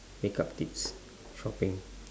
makeup tips shopping